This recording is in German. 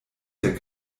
der